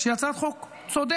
שהיא הצעת חוק צודקת.